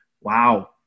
Wow